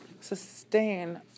sustain